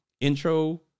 intro